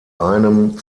einem